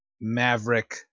maverick